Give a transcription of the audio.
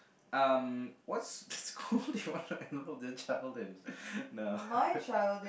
um what school do you want to enroll your child in no